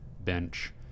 bench